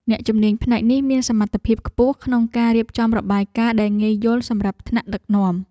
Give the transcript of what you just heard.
អ្នកជំនាញផ្នែកនេះមានសមត្ថភាពខ្ពស់ក្នុងការរៀបចំរបាយការណ៍ដែលងាយយល់សម្រាប់ថ្នាក់ដឹកនាំ។